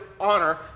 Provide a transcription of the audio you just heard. honor